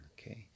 okay